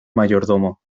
mayordomo